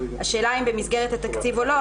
השאלה אם במסגרת התקציב או לא,